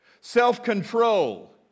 Self-control